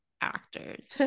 actors